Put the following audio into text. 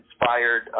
inspired